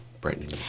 brightening